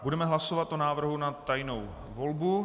Budeme hlasovat o návrhu na tajnou volbu.